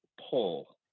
pull